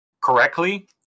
correctly